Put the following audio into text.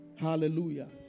Hallelujah